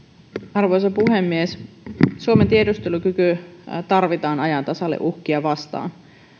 arvoisa puhemies suomen tiedustelukyky tarvitaan ajan tasalle uhkia vastaan